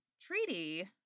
treaty